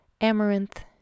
amaranth